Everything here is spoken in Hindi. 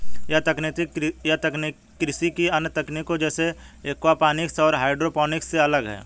यह तकनीक कृषि की अन्य तकनीकों जैसे एक्वापॉनिक्स और हाइड्रोपोनिक्स से अलग है